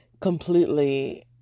completely